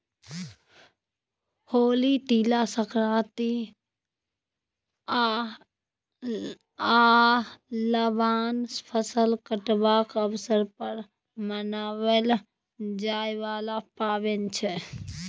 होली, तिला संक्रांति आ लबान फसल कटबाक अबसर पर मनाएल जाइ बला पाबैन छै